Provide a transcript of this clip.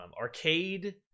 arcade